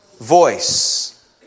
voice